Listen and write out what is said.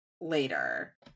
later